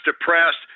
depressed